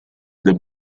the